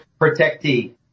protectee